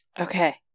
Okay